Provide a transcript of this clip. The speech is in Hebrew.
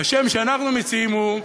והשם שאנחנו מציעים הוא: